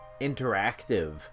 interactive